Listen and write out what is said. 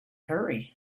hurry